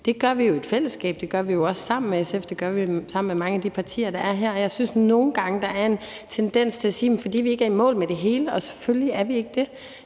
Det gør vi jo i et fællesskab, det gør vi også sammen med SF, og det gør vi sammen med mange af de partier, der er her. Jeg synes nogle gange, der er en tendens til at sige, at vi ikke er i mål med det hele. Og selvfølgelig er vi ikke det,